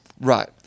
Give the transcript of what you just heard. Right